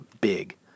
big